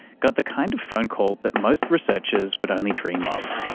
got the kind of phone call that most researchers would only dream of.